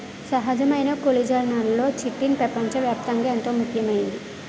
సహజమైన కొల్లిజన్లలో చిటిన్ పెపంచ వ్యాప్తంగా ఎంతో ముఖ్యమైంది